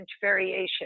variation